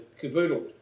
Caboodle